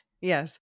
Yes